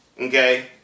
Okay